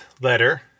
letter